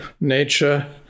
nature